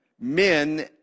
Men